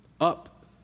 up